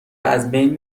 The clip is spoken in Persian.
ازبین